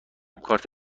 کارت